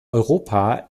europa